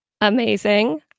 Amazing